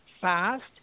fast